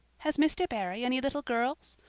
has mr. barry any little girls?